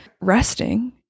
resting